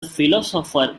philosopher